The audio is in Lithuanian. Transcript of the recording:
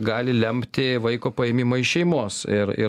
gali lemti vaiko paėmimą iš šeimos ir ir